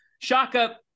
Shaka